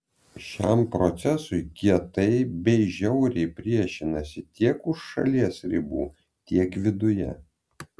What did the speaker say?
šiam procesui kietai bei žiauriai priešinasi tiek už šalies ribų tiek viduje